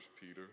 Peter